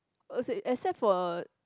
except for